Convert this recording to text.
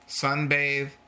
Sunbathe